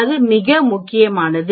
அது மிக முக்கியமானது